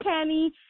Kenny